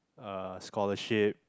uh scholarship